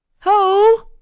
ho!